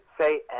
say